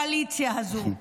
בקואליציה הזו.